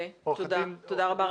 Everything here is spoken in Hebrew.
תודה רבה.